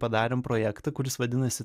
padarėm projektą kuris vadinasi